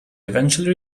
eventually